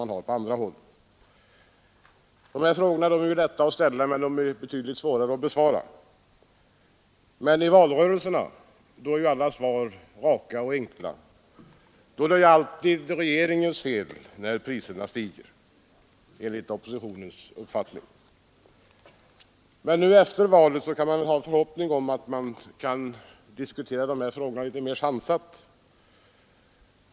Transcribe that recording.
De här frågorna är brännande, och de är lätta att ställa men betydligt svårare att besvara. I valrörelserna är emellertid alla svar raka och enkla — då är det alltid regeringens fel när priserna stiger, enligt oppositionens uppfattning. Men nu efter valet kan man väl ha en förhoppning om att de här frågorna skall kunna diskuteras litet mera sansat.